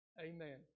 Amen